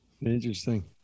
Interesting